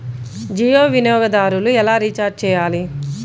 జియో వినియోగదారులు ఎలా రీఛార్జ్ చేయాలి?